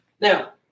Now